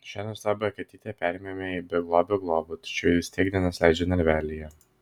šią nuostabią katytę perėmėme į beglobio globą tačiau ji vis tiek dienas leidžia narvelyje